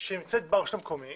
שנמצאת ברשות המקומית